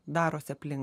darosi aplink